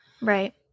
right